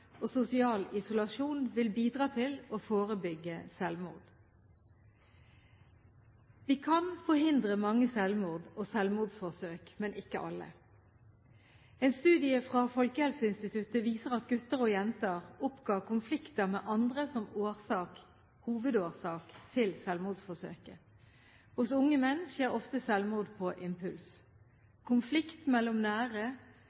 og sosial isolasjon vil bidra til å forebygge selvmord. Vi kan forhindre mange selvmord og selvmordsforsøk, men ikke alle. En studie fra Folkehelseinstituttet viser at gutter og jenter oppga konflikter med andre som hovedårsak til selvmordsforsøket. Hos unge menn skjer ofte selvmord på impuls. Konflikt mellom nære,